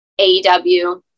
AEW